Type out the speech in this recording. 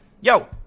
Yo